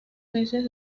meses